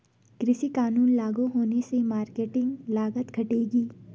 कृषि कानून लागू होने से मार्केटिंग लागत घटेगी